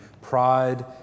pride